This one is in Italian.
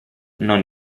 non